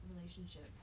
relationship